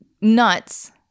nuts